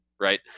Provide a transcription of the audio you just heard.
right